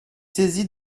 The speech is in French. saisi